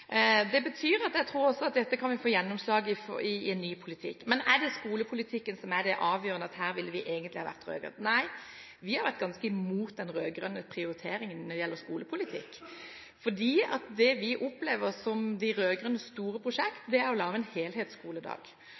Det betyr at jeg også tror at dette kan vi få gjennomslag for i en ny politikk. Men er det skolepolitikken som er det avgjørende – at her ville vi egentlig vært rød-grønne? Nei, vi har vært ganske mye imot den rød-grønne prioriteringen når det gjelder skolepolitikk, for det vi opplever som de rød-grønnes store prosjekt, er å lage en